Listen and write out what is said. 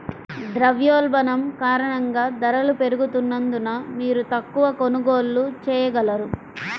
ద్రవ్యోల్బణం కారణంగా ధరలు పెరుగుతున్నందున, మీరు తక్కువ కొనుగోళ్ళు చేయగలరు